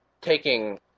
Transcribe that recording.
taking